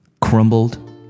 crumbled